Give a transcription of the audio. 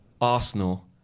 Arsenal